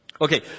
Okay